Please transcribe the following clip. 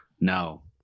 No